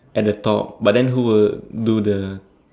at the top but then who will do the